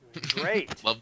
Great